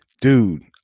Dude